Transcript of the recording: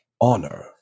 honor